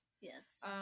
yes